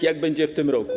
Jak będzie w tym roku?